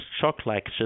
shock-like